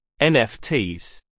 NFTs